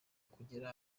kugera